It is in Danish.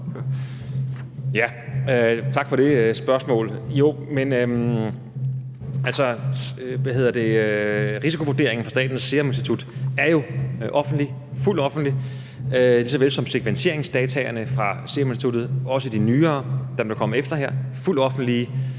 Tak for det spørgsmål. Risikovurderingen fra Statens Serum Institut er jo fuldt offentlig, lige så vel som segmenteringsdataene fra Seruminstituttet – også de nyere, altså dem, der kom efter – er fuldt offentlige.